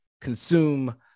consume